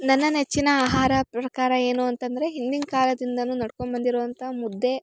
ನನ್ನ ನೆಚ್ಚಿನ ಆಹಾರ ಪ್ರಕಾರ ಏನು ಅಂತಂದರೆ ಹಿಂದಿನ ಕಾಲದಿಂದ ನಡ್ಕೊಂಡು ಬಂದಿರೊ ಅಂಥ ಮುದ್ದೆ